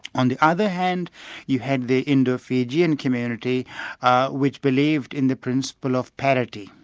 on the other hand you had the indo-fijian community which believed in the principle of parity,